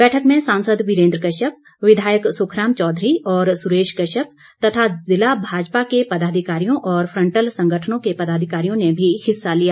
बैठक में सांसद वीरेन्द्र कश्यप विधायक सुखराम चौधरी और सुरेश कश्यप तथा जिला भाजपा के पदाधिकारियों और फंटल संगठनों के पदाधिकारियों ने भी हिस्सा लिया